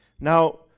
Now